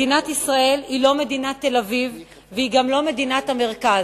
מדינת ישראל היא לא מדינת תל-אביב והיא גם לא מדינת המרכז.